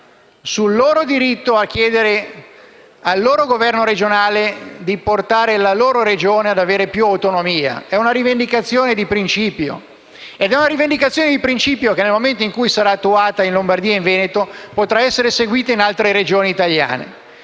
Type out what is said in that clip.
sul loro diritto a chiedere al governo regionale di portare la loro Regione ad avere più autonomia. È una rivendicazione di principio che, nel momento in cui sarà attuata in Lombardia e in Veneto, potrà essere seguita in altre Regioni italiane,